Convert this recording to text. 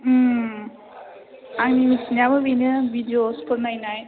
आंनि मिथिनायाबो बेनो भिडिय'सफोर नायनाय